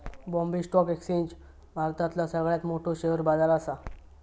Bombay stock exchange भारतातला सगळ्यात मोठो शेअर बाजार असा